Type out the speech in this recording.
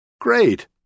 Great